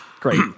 great